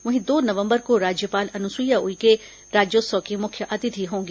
वहीं दो नवम्बर को राज्यपाल अनुसुईया उइके राज्योत्सव की मुख्य अतिथि होंगी